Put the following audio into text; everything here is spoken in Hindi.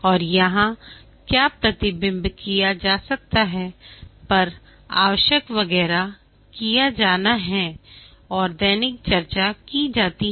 और यहाँ क्या प्रतिबिंब किया जा सकता है पर आवश्यक वगैरह किया जाना है और दैनिक चर्चा की जाती है